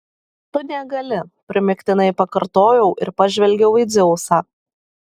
tu negali primygtinai pakartojau ir pažvelgiau į dzeusą